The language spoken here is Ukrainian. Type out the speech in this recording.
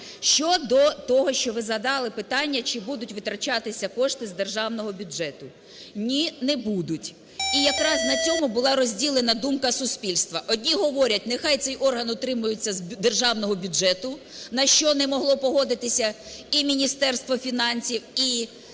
Щодо того, що ви задали питання, чи будуть витрачатися кошти з державного бюджету? Ні, не будуть. І якраз на цьому була розділена думка суспільства. Одні говорять: нехай цей орган утримується з державного бюджету, на що не могло погодитися і Міністерство фінансів, і